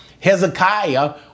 Hezekiah